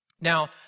Now